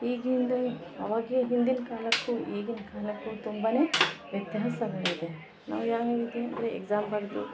ಈಗಿಂದೆ ಅವಾಗೆ ಹಿಂದಿನ ಕಾಲಕ್ಕು ಈಗಿನ ಕಾಲಕ್ಕು ತುಂಬಾ ವ್ಯತ್ಯಾಸಗಳಿದೆ ನಾವು ಯಾವ್ಯಾವ ರೀತಿ ಅಂದರೆ ಎಗ್ಸಾಮ್ ಬರೆದು